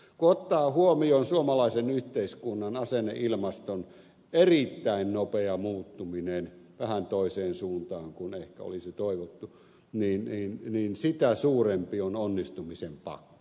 kun ottaa huomioon suomalaisen yhteiskunnan asenneilmaston erittäin nopean muuttumisen vähän toiseen suuntaan kuin ehkä olisi toivottu sitä suurempi on onnistumisen pakko